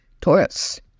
Taurus